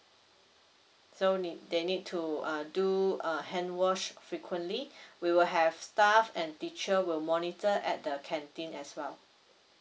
so ne~ they need to uh do a hand wash frequently we will have staff and teacher will monitor at the canteen as well